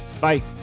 Bye